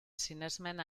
sinesmen